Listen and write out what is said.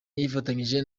yifatanyije